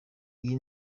iyi